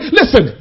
listen